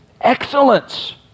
Excellence